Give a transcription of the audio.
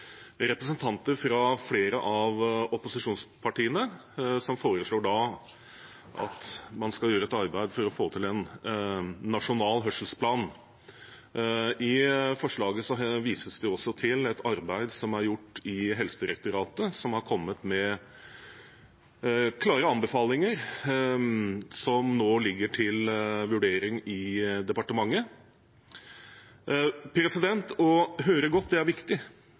arbeid for å få til en nasjonal hørselsplan. I forslaget vises det også til et arbeid som er gjort i Helsedirektoratet, som har kommet med klare anbefalinger som nå ligger til vurdering i departementet. Å høre godt er viktig.